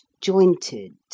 jointed